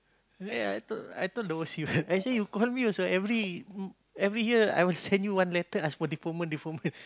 ya I told I told the I say you call me also every every year I will send you one letter ask for deferment deferment